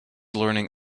learning